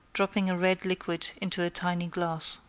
dropping a red liquid into a tiny glass.